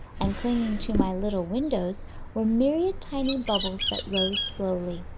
and clinging to my little windows were myriad tiny bubbles that rose slowly.